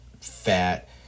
fat